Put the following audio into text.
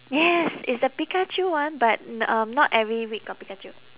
yes it's the pikachu one but n~ um not every week got pikachu